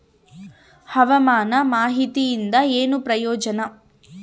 ಹವಾಮಾನ ಮಾಹಿತಿಯಿಂದ ಏನು ಪ್ರಯೋಜನ?